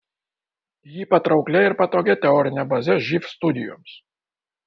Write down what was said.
jį patrauklia ir patogia teorine baze živ studijoms